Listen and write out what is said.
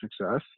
success